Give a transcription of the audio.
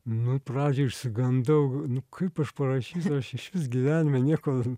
nu pradžioj išsigandau kaip aš parašysiu aš išvis gyvenime nieko